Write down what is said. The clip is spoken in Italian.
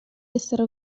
essere